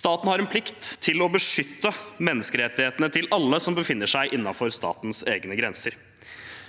Staten har en plikt til å beskytte menneskerettighetene til alle som befinner seg innenfor statens egne grenser,